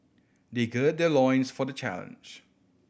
they gird their loins for the challenge